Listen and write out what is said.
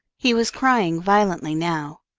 he was crying violently now.